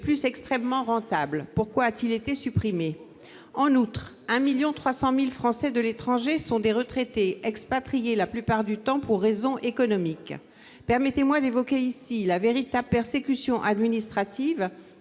outre extrêmement rentable. Pourquoi a-t-il été supprimé ? Par ailleurs, quelque 1,3 million de Français de l'étranger sont des retraités, expatriés la plupart du temps pour raisons économiques. Permettez-moi d'évoquer ici la véritable persécution administrative